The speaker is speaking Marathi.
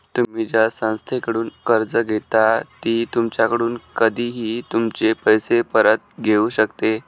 तुम्ही ज्या संस्थेकडून कर्ज घेता ती तुमच्याकडून कधीही तुमचे पैसे परत घेऊ शकते